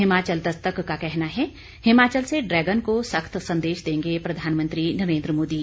हिमाचल दस्तक का कहना है हिमाचल से ड्रैगन को सख्त संदेश देंगे प्रधानमंत्री नरेंद्र मोदी